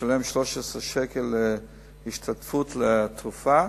משלם 13 שקלים השתתפות על תרופה,